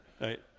Right